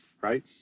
right